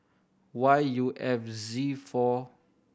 Y U F Z four